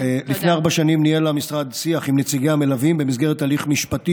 לפני ארבע שנים ניהל המשרד שיח עם נציגי המלווים במסגרת הליך משפטי